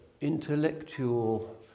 intellectual